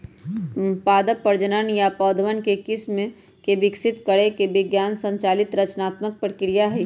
पादप प्रजनन नया पौधवन के किस्म के विकसित करे के विज्ञान संचालित रचनात्मक प्रक्रिया हई